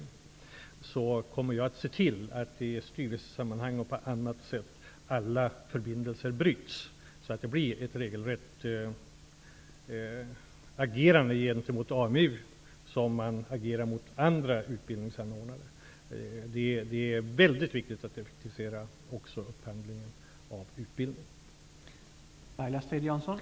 Jag kommer att se till att alla förbindelser bryts, i styrelsesammanhang och annat, så att det blir ett regelrätt agerande gentemot AMU, på samma sätt som mot andra utbildningsanordnare. Det är viktigt att effektivisera upphandlingen av utbildning.